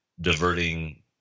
diverting